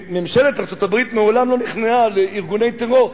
ממשלת ארצות-הברית מעולם לא נכנעה לארגוני טרור,